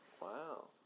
Wow